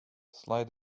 slide